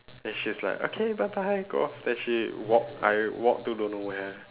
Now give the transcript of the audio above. and she is like okay bye bye go off then she walk I walk to don't know where